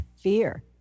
fear